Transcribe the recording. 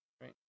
Right